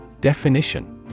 Definition